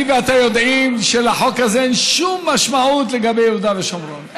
אני ואתה יודעים שלחוק הזה אין שום משמעות לגבי יהודה ושומרון,